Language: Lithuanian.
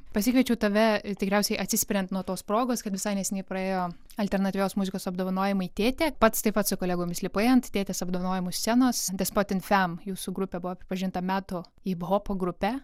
pasikviečiau tave ir tikriausiai atsispiriant nuo tos progos kad visai neseniai praėjo alternatyvios muzikos apdovanojimai tėtė pats taip pat su kolegomis lipai ant tėtės apdovanojimų scenos despotin fam jūsų grupė buvo pripažinta metų hiphopo grupe